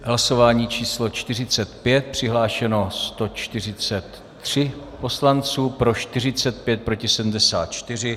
Hlasování číslo 45, přihlášeno 143 poslanců, pro 45, proti 74.